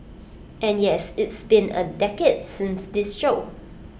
and yes it's been A decade since this show